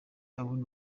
abona